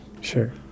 sure